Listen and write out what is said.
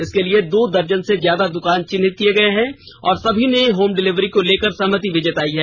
इसके लिए दो दर्जन से जयादा दुकान चिन्हित किए गए हैं और सभी ने होम डिलीवरी को लेकर सहमति भी जताई है